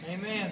Amen